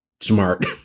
smart